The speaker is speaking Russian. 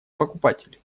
покупателей